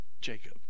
Jacob